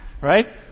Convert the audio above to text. Right